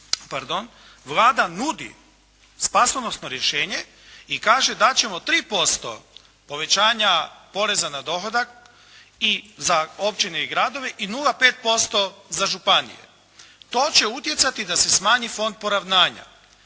Vlada nudi spasonosno rješenje i kaže da ćemo 3% povećanja poreza na dohodak i za općine i gradove i 0,5% za županije. To će utjecati da se smanji Fond poravnanja.